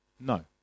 No